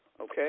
Okay